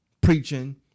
preaching